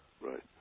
Right